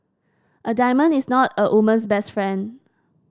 a diamond is not a woman's best friend